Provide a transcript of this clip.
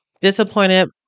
Disappointed